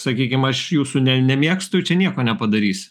sakykim aš jūsų ne nemėgstu čia nieko nepadarys